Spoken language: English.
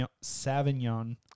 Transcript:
Savignon